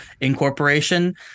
incorporation